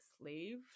slave